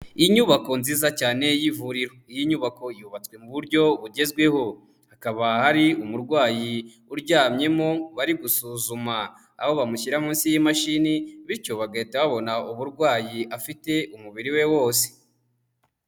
Inyubako nziza cyane y'ivuriro, iyi nyubako yubatswe mu buryo bugezweho, hakaba hari umurwayi uryamyemo bari gusuzuma, aho bamushyira munsi y'imashini bityo bagahita babona uburwayi afite umubiri we wose.